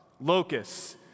locusts